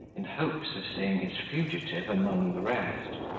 in hopes of seeing his fugitive among the rest.